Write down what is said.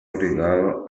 obligado